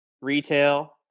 retail